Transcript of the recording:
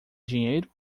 dinheiro